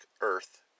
Earth